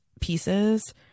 pieces